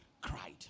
cried